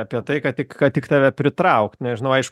apie tai kad tik kad tik tave pritraukt nežinau aišku